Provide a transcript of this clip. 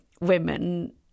women